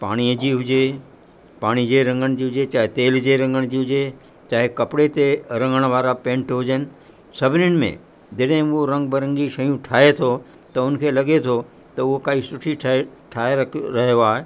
पाणीअ जी हुजे पाणी जे रंगनि जी हुजे चाहे तेल जे रंगण जी हुजे चाहे कपिड़े ते रंगण वारा पेंट हुजनि सभिनीनि में जॾहिं उहो रंग बिरंगी शयूं ठाहे थो त उन खे लॻे थो त उहो काई सुठी शइ ठाहे रखे रहियो आहे